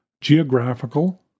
geographical